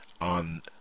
on